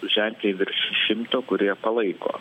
ženkliai virš šimto kurie palaiko